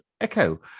echo